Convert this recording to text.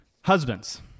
husbands